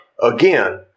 again